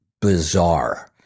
bizarre